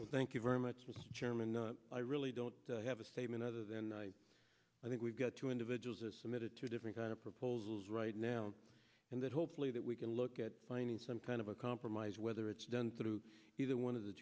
back thank you very much mr chairman i really don't have a statement other than i think we've got two individuals submitted two different kind of proposals right now and then hopefully that we can look at finding some kind of a compromise whether it's done through either one of the